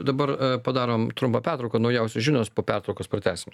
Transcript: dabar padarom trumpą pertrauką naujausios žinios po pertraukos pratęsim